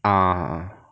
ah ah ah